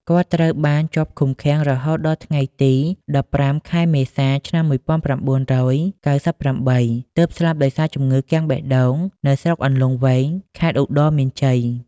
គាត់ត្រូវបានជាប់ឃុំឃាំងរហូតដល់ថ្ងៃទី១៥ ខែមេសា ឆ្នាំ១៩៩៨ ទើបស្លាប់ដោយសារជំងឺបេះដូង នៅស្រុកអន្លង់វែង ខេត្តឧត្តរមានជ័យ។